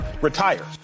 retire